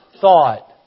thought